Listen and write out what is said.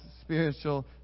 spiritual